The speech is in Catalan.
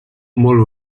molt